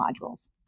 modules